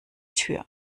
tür